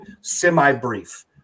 semi-brief